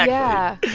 yeah.